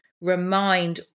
remind